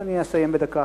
אני אסיים בדקה.